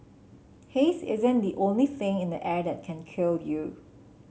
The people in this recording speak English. haze isn't the only thing in the air that can kill you